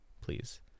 Please